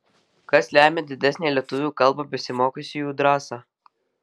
kas lemią didesnę lietuvių kalba besimokiusiųjų drąsą